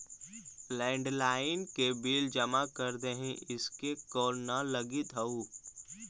landline के bill जमा कर देहीं, इसे कॉल न लगित हउ